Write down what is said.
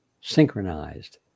synchronized